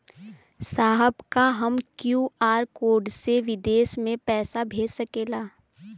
साहब का हम क्यू.आर कोड से बिदेश में भी पैसा भेज सकेला?